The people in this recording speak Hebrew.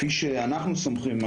כפי שאנחנו סומכים,